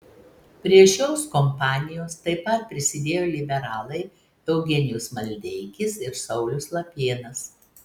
prie šios kompanijos taip pat prisidėjo liberalai eugenijus maldeikis ir saulius lapėnas